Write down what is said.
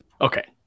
Okay